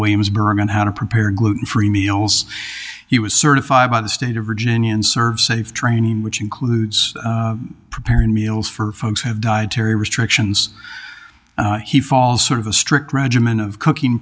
williamsburg and how to prepare gluten free meals he was certified by the state of virginia and served safe training which includes preparing meals for folks have dietary restrictions he fall sort of a strict regimen of cooking